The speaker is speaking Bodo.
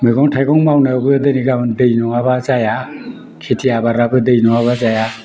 मैगं थाइगं मावनायावबो दिनै गाबोन दै नङाबा जाया खेथि आबादाबो दै नङाबा जाया